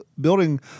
building